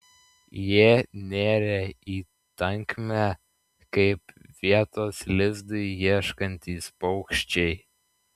jie nėrė į tankmę kaip vietos lizdui ieškantys paukščiai